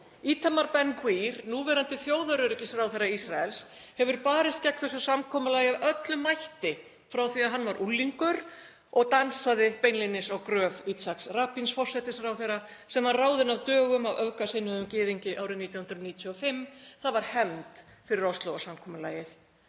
Itamar Ben-Gvir, núverandi þjóðaröryggisráðherra Ísraels, hefur barist gegn þessu samkomulagi af öllum mætti frá því að hann var unglingur og dansaði beinlínis á gröf Yitzhaks Rabins forsætisráðherra, sem var ráðinn af dögum af öfgasinnuðum gyðingi árið 1995. Það var hefnd fyrir Óslóarsamkomulagið.